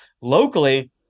Locally